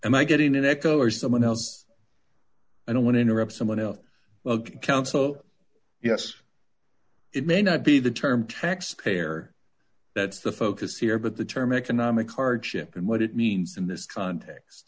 am i getting an echo or someone else i don't want to interrupt someone else well council yes it may not be the term tax payer that's the focus here but the term economic hardship and what it means in this context